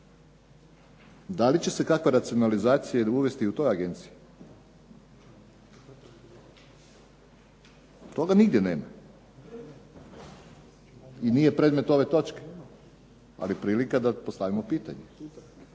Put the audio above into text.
da li će se kakva racionalizacija uvesti i u toj agenciji? Toga nigdje nema i nije predmet ove točke. Ali je prilika da postavimo pitanje